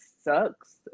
sucks